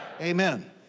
Amen